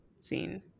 scene